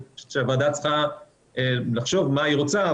שהוועדה צריכה לחשוב מה היא רוצה,